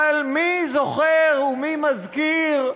אבל מי זוכר ומי מזכיר,